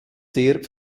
sehr